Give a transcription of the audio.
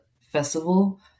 festival